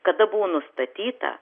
kada buvo nustatyta